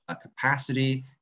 capacity